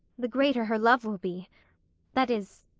the greater her love will be that is,